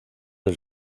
del